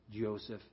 Joseph